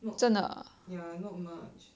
not ya not much